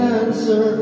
answer